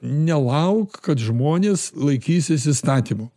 nelauk kad žmonės laikysis įstatymų